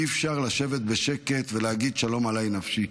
אי-אפשר לשבת בשקט ולהגיד: שלום עליי נפשי.